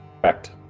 Correct